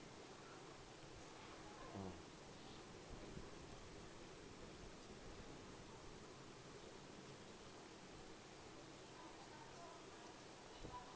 mm